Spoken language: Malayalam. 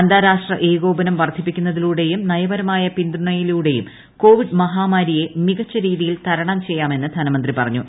അന്താരാഷ്ട്ര ഏകോപനം വർദ്ധിപ്പിക്കു്ണതിലൂടെയും നയപരമായ പിന്തുണയിലൂടെയും കോവിഡ് മഹ്റാമാരിയെ മികച്ച രീതിയിൽ തരണം ചെയ്യാമെന്ന് ധനമന്ത്രി ്പറഞ്ഞു